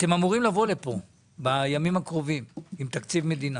אתם אמורים לבוא לפה בימים הקרובים עם תקציב מדינה.